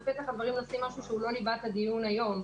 בפתח הדברים אני רוצה לומר משהו שהוא לא ליבת הדיון היום,